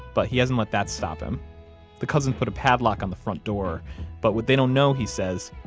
but he hasn't let that stop him the cousin put a padlock on the front door but what they don't know, he says,